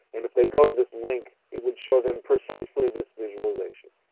and if they go to this link it would show them precisely this visualization.